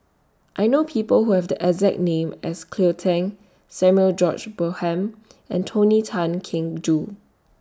I know People Who Have The exact name as Cleo Thang Samuel George Bonham and Tony Tan Keng Joo